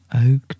Oak